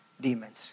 demons